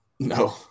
No